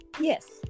yes